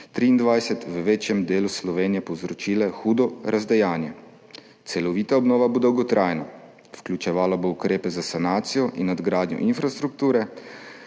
2023 v večjem delu Slovenije povzročile hudo razdejanje. Celovita obnova bo dolgotrajna, vključevala bo ukrepe za sanacijo in nadgradnjo infrastrukture